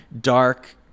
dark